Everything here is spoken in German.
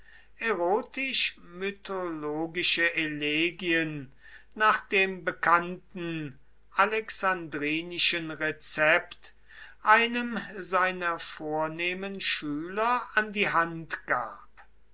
erotisch mythologische elegien nach dem bekannten alexandrinischen rezept einem seiner vornehmen schüler an die hand gab